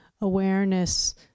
awareness